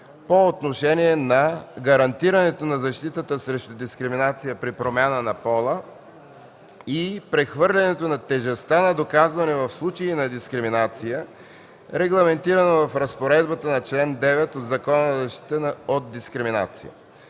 по отношение на: - гарантирането на защитата срещу дискриминация при промяна на пола, и - прехвърлянето на тежестта на доказване в случаи на дискриминация, регламентирано в разпоредбата на чл. 9 от Закона за защита от дискриминация.